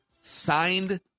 Signed